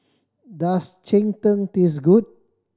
does cheng tng taste good